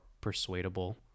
persuadable